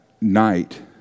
night